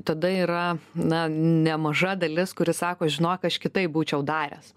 tada yra na nemaža dalis kuri sako žinok aš kitaip būčiau daręs